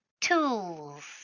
tools